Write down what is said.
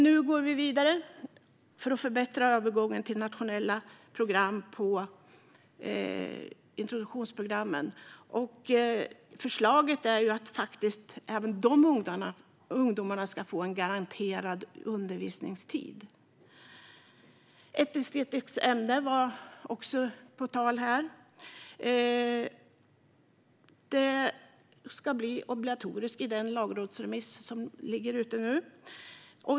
Nu går vi vidare med att förbättra övergången mellan de introduktionsprogrammen och de nationella programmen. Förslaget är att även de ungdomarna ska få en garanterad undervisningstid. Ett estetiskt ämne föreslås bli obligatoriskt i den lagrådsremiss som ligger ute nu.